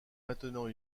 maintenant